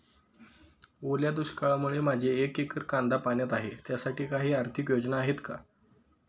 ओल्या दुष्काळामुळे माझे एक एकर कांदा पाण्यात आहे त्यासाठी काही आर्थिक योजना आहेत का?